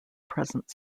present